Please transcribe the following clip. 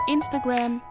Instagram